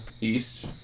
east